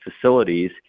facilities